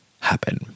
happen